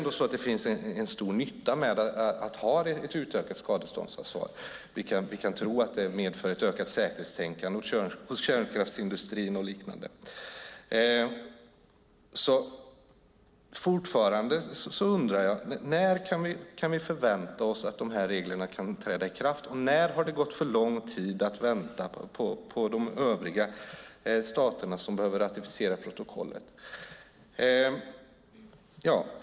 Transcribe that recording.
Det finns en stor nytta med att ha ett utökat skadeståndsansvar. Vi kan tro att det medför ett ökat säkerhetstänkande hos kärnkraftsindustrin och liknande. Fortfarande undrar jag: När kan vi förvänta oss att de här reglerna kan träda i kraft? När har det gått för lång tid att vänta på de övriga staterna som behöver ratificera protokollet?